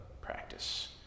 practice